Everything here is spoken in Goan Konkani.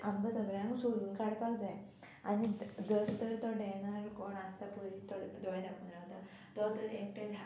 आमकां सगळ्यांक सोदून काडपाक जाय आनी जर तर तो डॅनर कोण आसता पय तो दोळे धांपून रावता तो तर एकटे धा